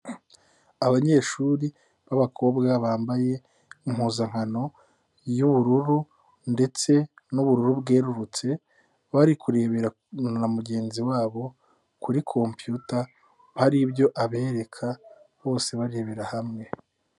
Abanyeshuri b'abakobwa bambaye impuzankano y'ubururu ndetse n'ubururu bwerurutse, bari kurebera na mugenzi wabo kuri kompiyuta, hari ibyo abereka bose barebera hamwe.